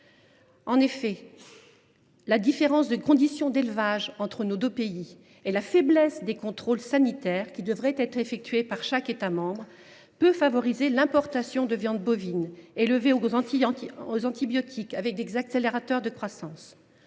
En effet, les différences de conditions d’élevage entre nos deux pays et la faiblesse des contrôles sanitaires qui devraient être effectués par chaque État membre peuvent favoriser l’importation de viande bovine élevée aux antibiotiques et aux accélérateurs de croissance.